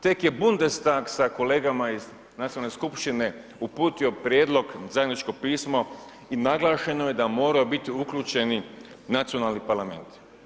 Tek je Bundestag sa kolegama iz nacionalne skupštine uputio prijedlog zajedničko pismo i naglašeno je da moraju biti uključeni nacionalni parlamenti.